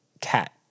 cat